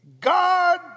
God